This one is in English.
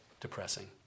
depressing